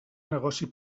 negoci